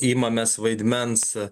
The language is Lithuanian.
imamės vaidmens